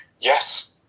yes